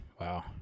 Wow